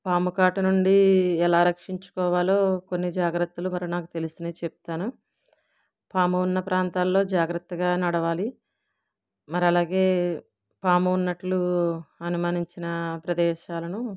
పాము కాటు నుండి ఎలా రక్షించుకోవాలో కొన్ని జాగ్రత్తలు మరి నాకు తెలిసినవి చెప్తాను పాము ఉన్న ప్రాంతాల్లో జాగ్రత్తగా నడవాలి మరి అలాగే పాము ఉన్నట్లు అనుమానించిన ప్రదేశాలను